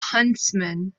huntsman